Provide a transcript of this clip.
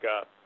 up